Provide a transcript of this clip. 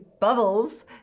bubbles